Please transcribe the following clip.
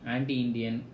Anti-Indian